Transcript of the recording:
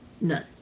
None